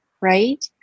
right